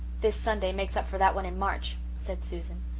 this sunday makes up for that one in march, said susan.